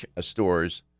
stores